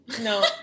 No